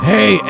Hey